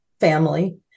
family